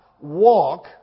walk